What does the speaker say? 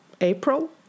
april